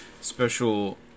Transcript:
special